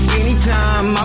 anytime